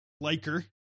liker